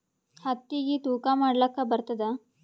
ಹತ್ತಿಗಿ ತೂಕಾ ಮಾಡಲಾಕ ಬರತ್ತಾದಾ?